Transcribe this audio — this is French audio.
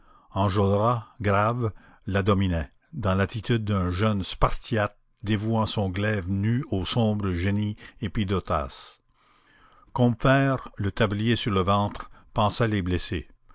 enjolras grave la dominait dans l'attitude d'un jeune spartiate dévouant son glaive nu au sombre génie epidotas combeferre le tablier sur le ventre pansait les blessés